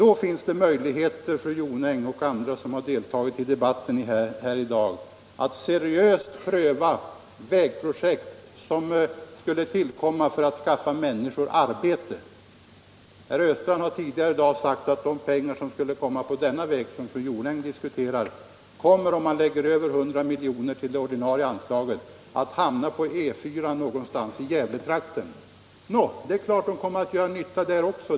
Då finns det möjligheter, fru Jonäng och andra som deltagit i debatten, att seriöst pröva vägprojekt som skulle komma att skaffa människor arbete. Herr Östrand har tidigare i dag sagt att de pengar, som skulle anslås till den väg som fru Jonäng diskuterar, om man lägger över 100 miljoner kronor till ordinarie anslagen kommer att hamna på E 4 någonstans i Gävletrakten. Det är klart att de kommer att göra nytta där också.